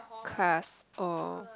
class or